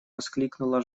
воскликнула